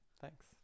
Thanks